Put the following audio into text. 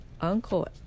Uncle